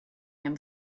him